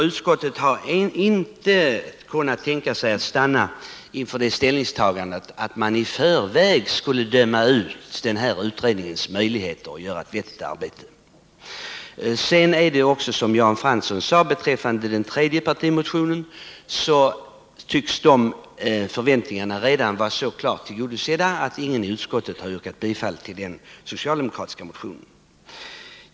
Utskottet har inte kunnat tänka sig att stanna inför ett ställningstagande innebärande att utredningens möjligheter att göra ett vettigt arbete döms ut i förväg. De förväntningar som ligger bakom den tredje partimotionen tycks redan vara så klart tillgodosedda — det framhölls också av Jan Fransson — att ingen av utskottets ledamöter har yrkat bifall till denna socialdemokratiska motion.